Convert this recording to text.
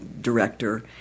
director